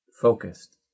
focused